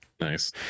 Nice